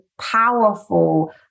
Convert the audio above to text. powerful